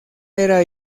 era